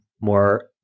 more